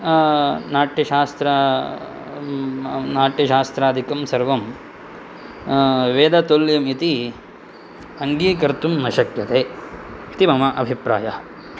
नाट्यशास्त्र नाट्यशास्त्रादिकं सर्वं वेदतुल्यम् इति अङ्गीकर्तुं न शक्यते इति मम अभिप्रायः